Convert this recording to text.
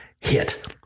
hit